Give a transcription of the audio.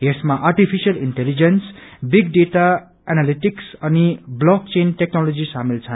यसमा artificial intelligence big data analytics अनि block chain technology शामेल छन्